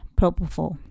propofol